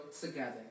together